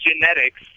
genetics